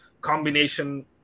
combination